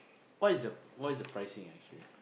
what is the what is the pricing actually